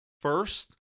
First